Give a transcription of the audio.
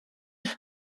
they